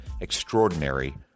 extraordinary